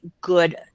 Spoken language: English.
good